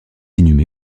inhumé